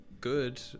Good